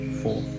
four